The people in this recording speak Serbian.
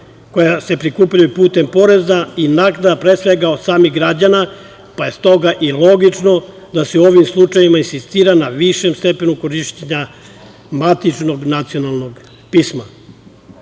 koja se prikupljaju putem poreza i naknada od samih građana, pa je stoga i logično da se u ovim slučajevima insistira na višem stepenu korišćenja matičnog nacionalnog pisma. Druga